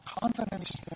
Confidence